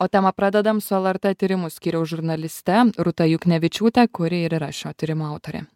o temą pradedam su lrt tyrimų skyriaus žurnaliste rūta juknevičiūte kuri ir yra šio tyrimo autorė